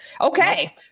okay